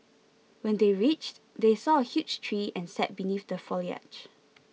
when they reached they saw a huge tree and sat beneath the foliage